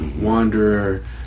wanderer